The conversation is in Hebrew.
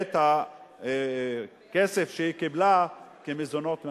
את הכסף שהיא קיבלה כמזונות מהמדינה.